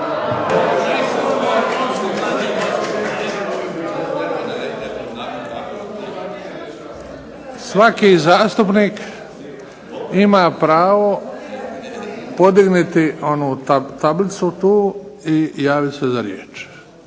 Svaki zastupnik ima pravo podignuti tablicu tu i javit se za riječ.